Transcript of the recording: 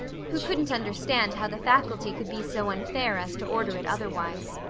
who couldn't understand how the faculty could be so unfair as to order it otherwise.